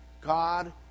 God